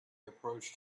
approached